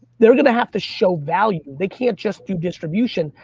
they're gonna have to show value. they can't just do distribution.